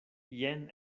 jen